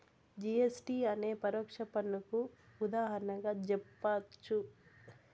GST నే పరోక్ష పన్నుకు ఉదాహరణగా జెప్పచ్చు